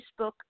Facebook